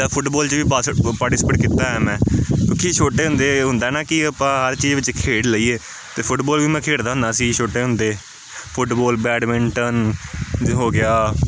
ਜਿੱਦਾਂ ਫੁੱਟਬੋਲ 'ਚ ਵੀ ਪਾਸਟ ਪਾਰਟੀਸਪੇਟ ਕੀਤਾ ਹੋਇਆ ਮੈਂ ਕਿਉਂਕਿ ਛੋਟੇ ਹੁੰਦੇ ਹੁੰਦਾ ਨਾ ਕਿ ਆਪਾਂ ਹਰ ਚੀਜ਼ ਵਿੱਚ ਖੇਡ ਲਈਏ ਅਤੇ ਫੁੱਟਬੋਲ ਵੀ ਮੈਂ ਖੇਡਦਾ ਹੁੰਦਾ ਸੀ ਛੋਟੇ ਹੁੰਦੇ ਫੁੱਟਬੋਲ ਬੈਡਮਿੰਟਨ ਜੇ ਹੋ ਗਿਆ